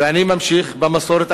ואני ממשיך במסורת.